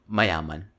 Mayaman